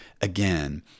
again